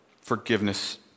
forgiveness